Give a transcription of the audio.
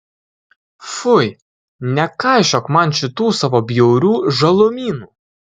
fui nekaišiok man šitų savo bjaurių žalumynų